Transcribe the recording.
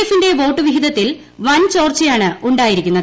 എഫിന്റെ വോട്ട് വിഹിതത്തിൽ വൻ ചോർച്ചയാണ് ഉണ്ടായിരിക്കുന്നത്